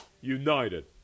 united